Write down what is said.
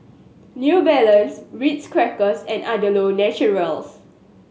New Balance Ritz Crackers and Andalou Naturals